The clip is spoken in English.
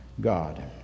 God